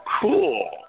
cool